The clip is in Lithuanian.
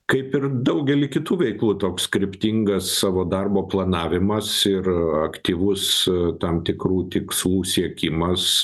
kaip ir daugely kitų veiklų toks kryptingas savo darbo planavimas ir aktyvus tam tikrų tikslų siekimas